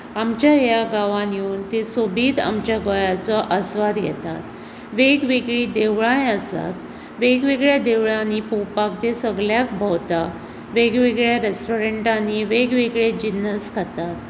आमच्या ह्या गांवांत येवून ते सोबीत आमच्या गोंयचो आसवाद घेतात वेग वेगळीं देवळाय आसात वेग वेगळ्या देवळांनी पळोवपाक ते सगळ्याक भोंवतात वेग वेगळ्या रेस्टॉरंटांनी वेग वेगळे जिनस खातात